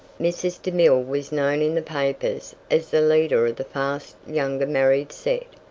mrs. demille was known in the papers as the leader the fast younger married set.